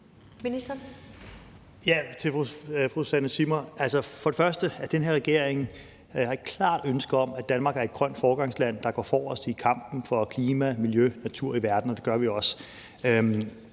for det første har den her regering et klart ønske om, at Danmark er et grønt foregangsland, der går forrest i kampen for klima, miljø og natur i verden, og det gør vi også.